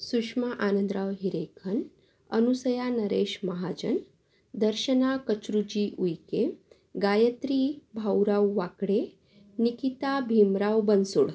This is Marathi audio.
सुषमा आनंदराव हिरेखन अनुसया नरेश महाजन दर्शना कचरूजी वुइके गायत्री भाऊराव वाकडे निकिता भीमराव बनसोड